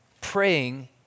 praying